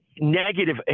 negative